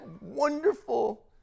wonderful